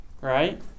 right